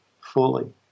fully